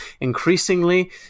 increasingly